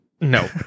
No